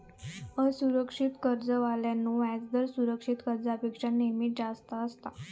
असुरक्षित कर्जावरलो व्याजदर सुरक्षित कर्जापेक्षा नेहमीच जास्त असता